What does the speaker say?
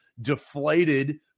Deflated